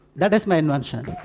that is my invention.